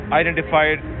identified